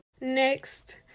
Next